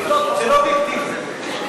זה לא אובייקטיבי.